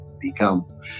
become